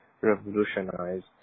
revolutionized